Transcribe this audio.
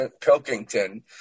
Pilkington